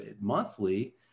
monthly